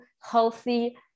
healthy